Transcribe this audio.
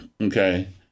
Okay